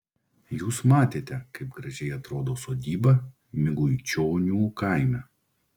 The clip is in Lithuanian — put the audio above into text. jūs matėte kaip gražiai atrodo sodyba miguičionių kaime